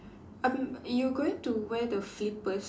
you going to wear the flippers